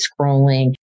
scrolling